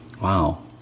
Wow